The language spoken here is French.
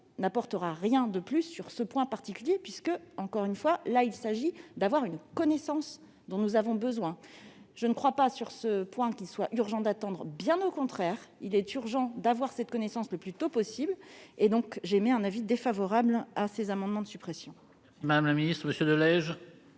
n'apportera rien de plus sur ce point particulier. En effet, j'y insiste, il s'agit d'acquérir une connaissance dont nous avons besoin. Je ne crois pas qu'il soit urgent d'attendre. Bien au contraire, il est urgent d'avoir cette connaissance le plus tôt possible. J'émets donc un avis défavorable sur ces amendements de suppression.